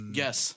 yes